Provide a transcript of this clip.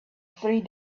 three